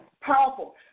powerful